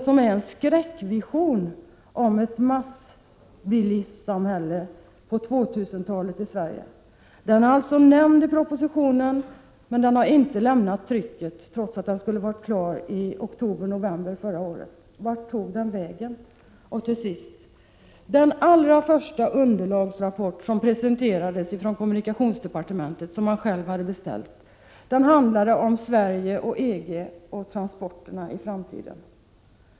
Den är en skräckvision om ett massbilismsamhälle på 2000-talet i Sverige. Rapporten är nämnd i propositionen, men den har inte lämnat trycket, trots att den skulle ha varit klar i oktober eller november förra året. Vart tog den vägen? Till sist: Den allra första underlagsrapport som presenterades från kommunikationsdepartementet och som man från departementets sida själv hade beställt handlade om Sverige och EG och transporterna i framtiden.